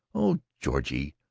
oh, georgie,